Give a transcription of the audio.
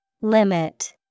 Limit